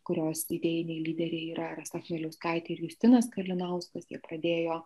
kurios idėjiniai lyderiai yra rasa miliauskaitė ir justinas kalinauskas jie pradėjo